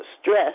stress